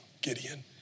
Gideon